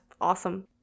awesome